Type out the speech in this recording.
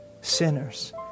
sinners